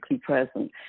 present